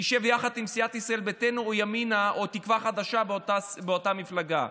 תשב יחד עם סיעת ישראל ביתנו או ימינה או תקווה חדשה באותה קואליציה.